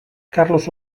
karlos